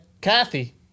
Kathy